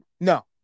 No